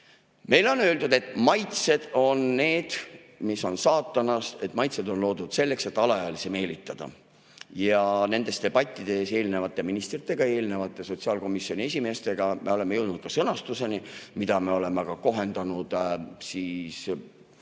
on öeldud, et maitsed on need, mis on saatanast, et maitsed on loodud selleks, et alaealisi meelitada. Ja nendes debattides eelnevate ministritega ja eelnevate sotsiaalkomisjoni esimeestega me oleme jõudnud sõnastuseni, mida me oleme ka kohendanud ülemaailmse